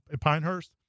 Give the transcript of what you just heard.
Pinehurst